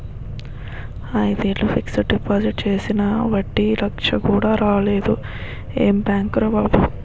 ఐదేళ్ళు fixed deposit చేసినా వడ్డీ లచ్చ కూడా రాలేదు ఏం బాంకురా బాబూ